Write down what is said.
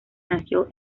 nació